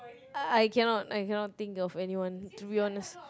I cannot I cannot think of anyone to be honest